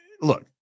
look